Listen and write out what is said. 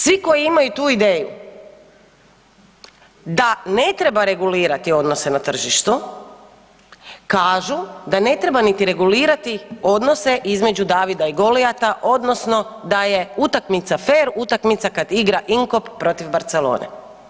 Svi koji imaju tu ideju da ne treba regulirati odnose na tržištu kažu da ne treba niti regulirati odnose između Davida i Golijata odnosno da je utakmica fer utakmica kad igra Inkop protiv Barcelone.